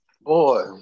Boy